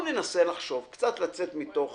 בואו ננסה לחשוב, קצת לצאת מתוך